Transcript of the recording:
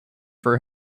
for